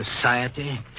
Society